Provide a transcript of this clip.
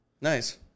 Nice